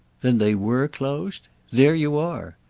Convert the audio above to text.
then they were closed? there you are!